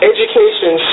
Education